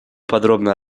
подробно